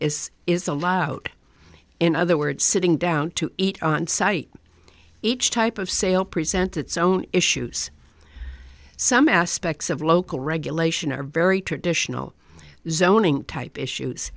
is is allowed in other words sitting down to eat on site each type of sale presents its own issues some aspects of local regulation are very traditional zoning type issues